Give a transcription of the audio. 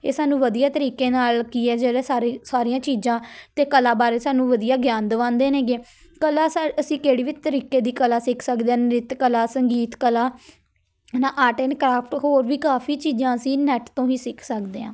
ਇਹ ਸਾਨੂੰ ਵਧੀਆ ਤਰੀਕੇ ਨਾਲ ਕੀ ਹੈ ਜਿਹੜਾ ਸਾਰੇ ਸਾਰੀਆਂ ਚੀਜ਼ਾਂ ਅਤੇ ਕਲਾ ਬਾਰੇ ਸਾਨੂੰ ਵਧੀਆ ਗਿਆਨ ਦਵਾਂਦੇ ਨੇਗੇ ਕਲਾ ਅਸੀਂ ਕਿਹੜੀ ਵੀ ਤਰੀਕੇ ਦੀ ਕਲਾ ਸਿੱਖ ਸਕਦੇ ਹਾਂ ਨ੍ਰਿਤ ਕਲਾ ਸੰਗੀਤ ਕਲਾ ਨਾ ਆਰਟ ਐਂਡ ਕਰਾਫਟ ਕੋਈ ਵੀ ਕਾਫੀ ਚੀਜ਼ਾਂ ਅਸੀਂ ਨੈੱਟ ਤੋਂ ਹੀ ਸਿੱਖ ਸਕਦੇ ਹਾਂ